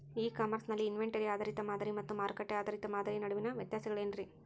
E commerce ನಲ್ಲಿ inventory ಆಧಾರಿತ ಮಾದರಿ ಮತ್ತ ಮಾರುಕಟ್ಟೆ ಆಧಾರಿತ ಮಾದರಿಯ ನಡುವಿನ ವ್ಯತ್ಯಾಸಗಳೇನ ರೇ?